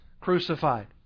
crucified